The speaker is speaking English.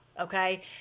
okay